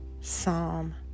Psalm